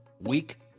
week